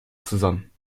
zusammen